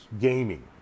Gaming